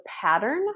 pattern